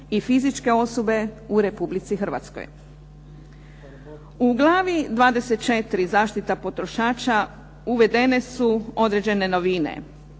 i fizičke osobe u Republici Hrvatskoj. U glavi 21.-Zaštita potrošača uvedene su određene novine.